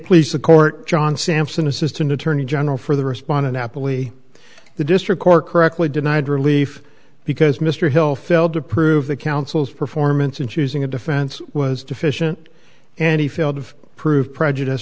please the court john sampson assistant attorney general for the respondent happily the district court correctly denied relief because mr hill failed to prove the counsel's performance in choosing a defense was deficient and he failed to prove prejudice